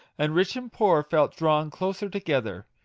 and rich and poor felt drawn closer together!